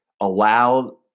allow